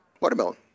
Watermelon